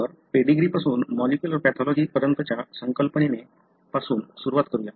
तर पेडीग्रीपासून molecular pathology पर्यंतच्या संकल्पने पासून सुरुवात करूया